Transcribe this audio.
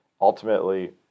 Ultimately